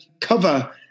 cover